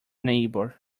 neighbour